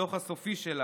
בדוח הסופי שלה,